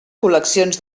col·leccions